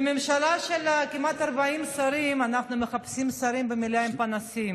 בממשלה של כמעט 40 שרים אנחנו מחפשים שרים במליאה עם פנסים,